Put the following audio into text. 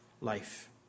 life